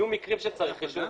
יהיו מקרים שצריך רישוי,